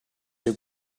your